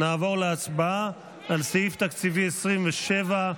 נעבור להצבעה על סעיף תקציבי 27,